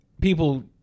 people